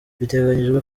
biteganyijwe